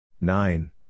Nine